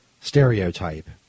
stereotype